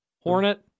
Hornet